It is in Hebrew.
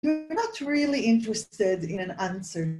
‫אנחנו לא באמת מעוניינים בתגובה.